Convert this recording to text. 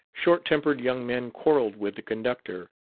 short-tempered young men quarreled with the conductor,